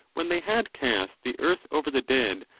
when they had cast the earth over the dead,